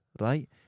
right